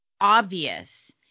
obvious